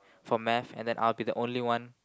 for Math and then I'll be the only one